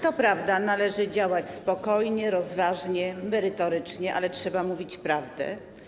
To prawda, należy działać spokojnie, rozważnie, merytorycznie, ale trzeba mówić prawdę.